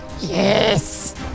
Yes